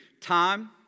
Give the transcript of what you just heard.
time